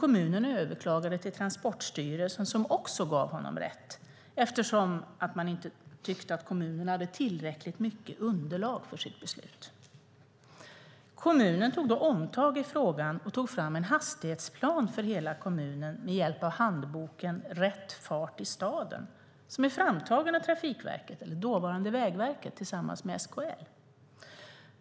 Kommunen överklagade till Transportstyrelsen, som också gav honom rätt, eftersom man inte tyckte att kommunen hade tillräckligt mycket underlag för sitt beslut. Kommunen gjorde då ett omtag i frågan och tog fram en hastighetsplan för hela kommunen med hjälp av handboken Rätt fart i staden , framtagen av dåvarande Vägverket tillsammans med SKL.